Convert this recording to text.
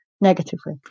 negatively